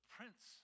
Prince